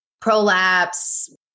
prolapse